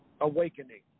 awakening